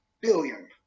billion